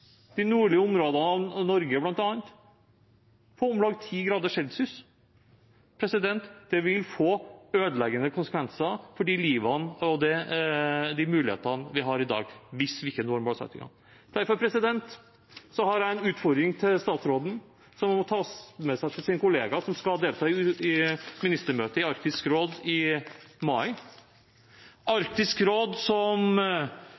de nordlige områdene av Norge, på om lag 10 °C. Det vil få ødeleggende konsekvenser for det livet og de mulighetene vi har i dag, hvis vi ikke når målsettingene. Derfor har jeg en utfordring til statsråden, som han må ta med seg til sin kollega som skal delta i ministermøtet i Arktisk råd i mai. Arktisk råd og deres observatører, som